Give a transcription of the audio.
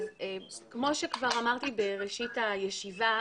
כמו שכבר אמרתי בראשית הישיבה,